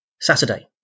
Saturday